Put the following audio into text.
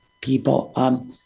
people